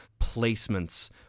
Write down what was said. placements